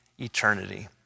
eternity